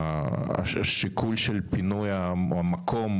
השיקול של פינוי המקום